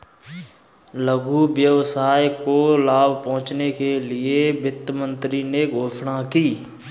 लघु व्यवसाय को लाभ पहुँचने के लिए वित्त मंत्री ने घोषणा की